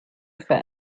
for